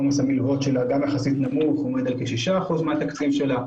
עומס המלוות שלה גם הוא יחסית נמוך ועומד על כ-6 אחוזים מהתקציב שלה.